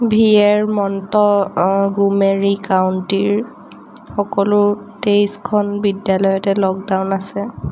ভিএৰ Montgomery কাউণ্টিৰ সকলো তেইছখন বিদ্যালয়তে লকডাউন আছে